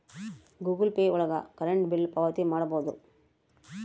Google Pay ಒಳಗ current bill ಪಾವತಿ ಮಾಡ್ಬೋದು